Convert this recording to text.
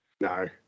no